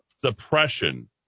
suppression